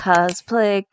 Cosplay